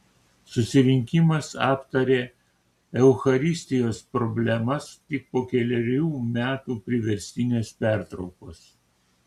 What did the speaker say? susirinkimas aptarė eucharistijos problemas tik po kelerių metų priverstinės pertraukos